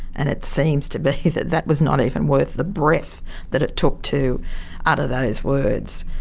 and it seems to be that that was not even worth the breath that it took to utter those words.